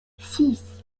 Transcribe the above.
six